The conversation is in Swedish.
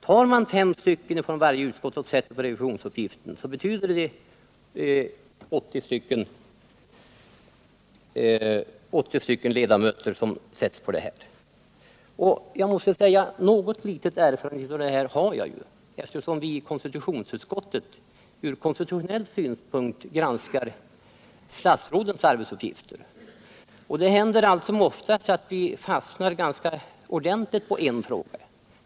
Tar man fem från varje utskott, betyder det att 80 ledamöter avdelas för revisionsuppgifter. Någon erfarenhet av sådana här frågor måste jag säga att jag har, eftersom vi i konstitutionsutskottet från konstitutionell synpunkt granskar statsrådens arbete. Det händer allt som oftast att vi fastnar ganska ordentligt på en fråga.